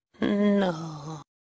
No